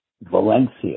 Valencia